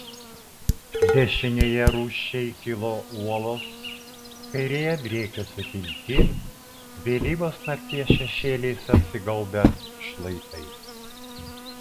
dešinėje rūsčiai kilo uolos kairėje driekėsi pilki vėlyvos nakties šešėliais apsigaubę šlaitai